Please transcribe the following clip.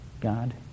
God